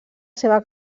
seva